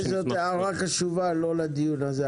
זו הערה חשובה, לא לדיון הזה.